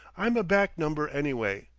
i'm a back-number, anyway.